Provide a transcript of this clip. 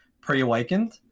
pre-awakened